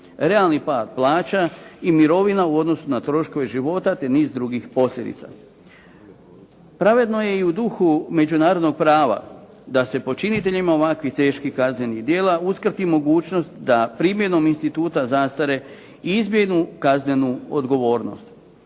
realni pad plaća i mirovina u odnosu na troškove života te niz drugih posljedica. Pravedno je i u duhu međunarodnog prava da se počiniteljima ovakvih teških kaznenih djela uskrati mogućnost da primjenom instituta zastare izbjegnu kaznenu odgovornost.